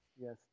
Yes